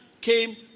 came